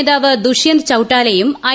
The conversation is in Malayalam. നേതാവ് ദുഷ്യന്ത് ചൌട്ടാലയും ഐ